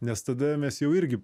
nes tada mes jau irgi